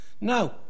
no